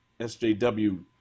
SJW